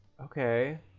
okay